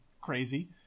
crazy